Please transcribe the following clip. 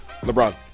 lebron